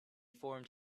formed